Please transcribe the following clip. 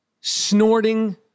Snorting